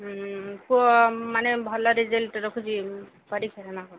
ହୁଁ ପୁଅ ମାନେ ଭଲ ରେଜଲ୍ଟ ରଖୁଛି ପରୀକ୍ଷାରେ ନା କ'ଣ